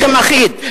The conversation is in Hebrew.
לחם אחיד.